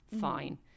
fine